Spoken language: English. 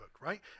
right